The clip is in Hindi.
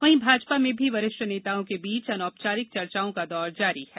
वहीं भाजपा में भी वरिष्ठ नेताओं के बीच अनौपचारिक चर्चाओं का दौर जारी है